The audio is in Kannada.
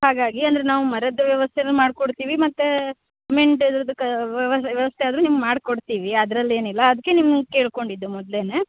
ಹಾಗಾಗಿ ಅಂದರೆ ನಾವು ಮರದ ವ್ಯವಸ್ಥೆನು ಮಾಡ್ಕೊಡ್ತಿವಿ ಮತ್ತು ಸಿಮೆಂಟ್ ಇದ್ರದ್ದು ಕಾ ವ್ಯವ ವ್ಯವಸ್ಥೆ ಆದರು ನಿಮ್ಗ್ ಮಾಡ್ಕೊಡ್ತಿವಿ ಅದ್ರಲ್ಲೇನಿಲ್ಲ ಅದ್ಕೆ ನಿಮ್ನ ಕೇಳ್ಕೊಂಡಿದ್ದು ಮೊದ್ಲೇ